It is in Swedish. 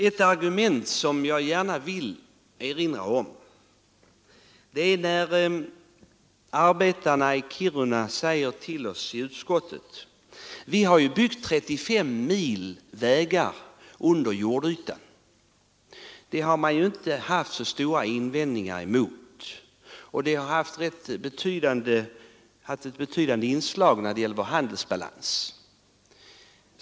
Ett argument som jag gärna vill erinra om är arbetarnas i Kiruna, som sagt till oss i utskottet: Vi har byggt 35 mil vägar under jordytan, och det har man inte haft några särskilda invändningar mot, och det har haft en betydande och positiv inverkan på vår handelsbalans.